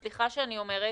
סליחה שאני אומרת.